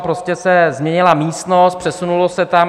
Prostě se změnila místnost, přesunulo se tam.